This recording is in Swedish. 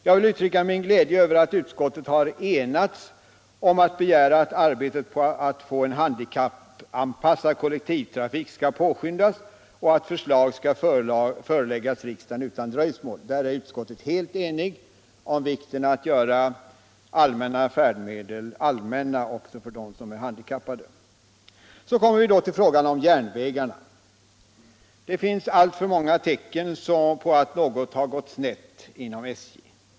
Jag vill uttrycka min glädje över att utskottet har enats om att begära att arbetet på att få en handikappanpassad kollektivtrafik skall påskyndas och att förslag skall föreläggas riksdagen utan dröjsmål. Utskottet är helt . enigt om vikten av att göra allmänna färdmedel allmänna också för dem som är handikappade. Så kommer vi då till frågan om järnvägarna. Det finns alltför många tecken på att något gått snett inom SJ.